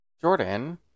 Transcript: jordan